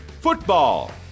Football